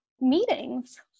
meetings